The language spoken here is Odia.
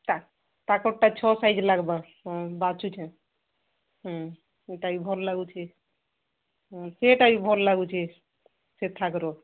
ତା ତାଙ୍କରଟା ଛଅ ସାଇଜ୍ ଲାଗବା ହଁ ବାଛୁଛେଁ ହୁଁ ଏଇଟା ବି ଭଲ୍ ଲାଗୁଛି ହଁ ସେଇଟା ବି ଭଲ୍ ଲାଗୁଛି ସେଟା